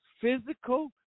physical